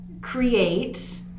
create